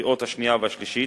לקריאות השנייה והשלישית,